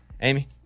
Amy